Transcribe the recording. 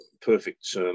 perfect